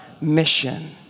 mission